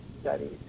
studies